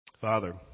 Father